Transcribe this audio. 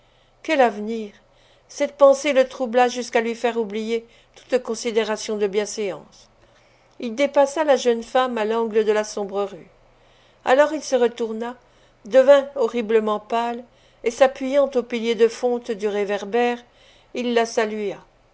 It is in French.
quel avenir cette pensée le troubla jusqu'à lui faire oublier toute considération de bienséance il dépassa la jeune femme à l'angle de la sombre rue alors il se retourna devint horriblement pâle et s'appuyant au pilier de fonte du réverbère il la salua